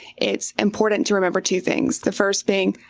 it's important to remember two things. the first thing,